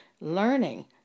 learning